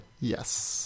yes